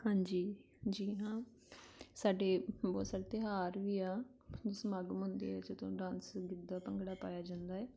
ਹਾਂਜੀ ਜੀ ਹਾਂ ਸਾਡੇ ਬਹੁਤ ਸਾਰੇ ਤਿਉਹਾਰ ਵੀ ਆ ਸਮਾਗਮ ਹੁੰਦੇ ਆ ਜਦੋਂ ਡਾਂਸ ਗਿੱਧਾ ਭੰਗੜਾ ਪਾਇਆ ਜਾਂਦਾ ਹੈ